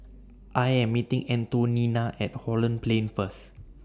I Am meeting Antonina At Holland Plain First